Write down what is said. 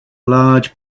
large